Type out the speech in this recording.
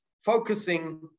focusing